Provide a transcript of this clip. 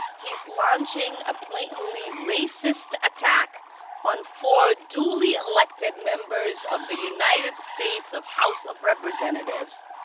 he's launching a blatantly racist attack on four duly elected members of the united states of house of representatives,